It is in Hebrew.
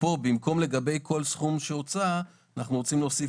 במקום לגבי כל סכום שהוצע, אנחנו רוצים להוסיף